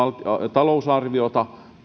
talousarviota